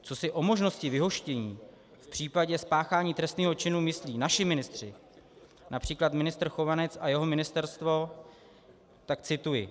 Co si o možnosti vyhoštění v případě spáchání trestného činu myslí naši ministři, například ministr Chovanec a jeho ministerstvo cituji: